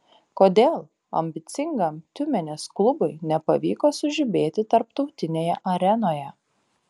kodėl ambicingam tiumenės klubui nepavyko sužibėti tarptautinėje arenoje